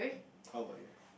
how about you